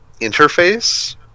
interface